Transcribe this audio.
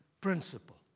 principle